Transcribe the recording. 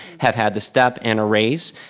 have had the step and a raise.